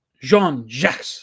Jean-Jacques